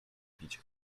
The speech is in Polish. bić